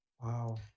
Wow